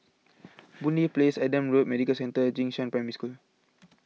Boon Lay Place Adam Road Medical Centre and Jing Shan Primary School